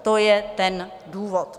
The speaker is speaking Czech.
To je ten důvod.